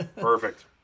perfect